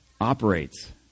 operates